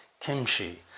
kimchi